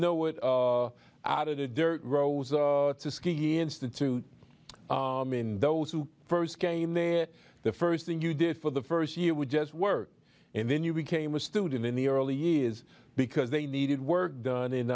know it out of the dirt road to ski institute in those who first came there the first thing you did for the first year would just work and then you became a student in the early years because they needed work done